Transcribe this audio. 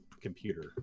computer